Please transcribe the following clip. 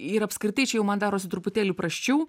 ir apskritai čia jau man darosi truputėlį prasčiau